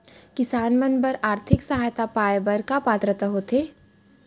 किसान मन बर आर्थिक सहायता पाय बर का पात्रता होथे?